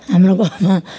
हाम्रो गाउँमा